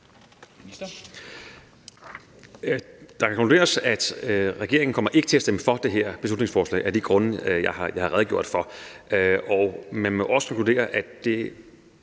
Der kan konkluderes det, at regeringen ikke kommer til at stemme for det her beslutningsforslag af de grunde, jeg har redegjort for. Man må også konkludere, at det